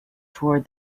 toward